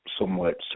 somewhat